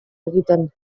egiten